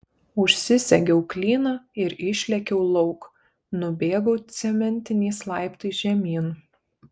užsisegiau klyną ir išlėkiau lauk nubėgau cementiniais laiptais žemyn